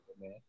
man